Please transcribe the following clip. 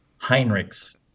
Heinrichs